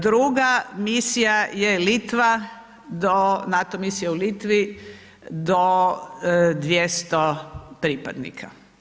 Druga misija je Litva, do NATO misije u Litvi do 200 pripadnika.